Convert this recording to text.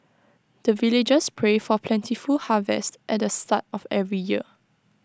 the villagers pray for plentiful harvest at the start of every year